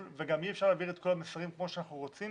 וגם אי אפשר להעביר את כל המסרים כמו שאנחנו רוצים